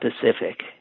Pacific